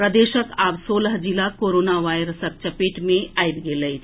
प्रदेशक आब सोलह जिला कोरोना वायरसक चपेट मे आबि गेल अछि